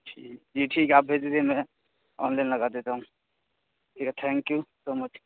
ٹھیک جی ٹھیک ہے آپ بھیج دیجیے میں آن لائن لگا دیتا ہوں ٹھیک ہے تھینک یو سو مچ